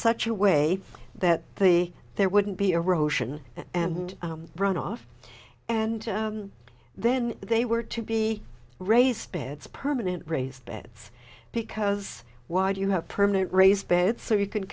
such a way that the there wouldn't be erosion and runoff and then they were to be raised beds permanent raised beds because why do you have permanent raised beds so you can